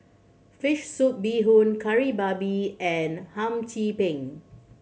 fish soup bee hoon Kari Babi and Hum Chim Peng